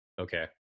okay